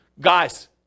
guys